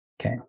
Okay